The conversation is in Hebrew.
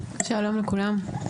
שלום לכולם.